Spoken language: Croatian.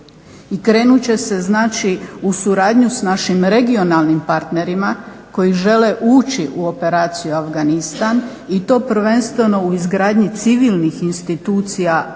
i krenut će se znači u suradnju s našim regionalnim partnerima koji žele ući u operaciju u Afganistan i to prvenstveno u izgradnji civilnih institucija Afganistana,